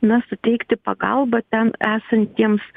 na suteikti pagalbą ten esantiems